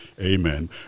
Amen